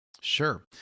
Sure